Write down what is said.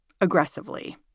aggressively